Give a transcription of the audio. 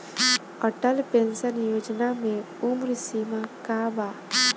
Atal pension Yojana मे उम्र सीमा का बा?